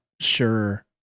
sure